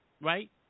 right